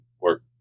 work